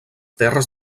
terres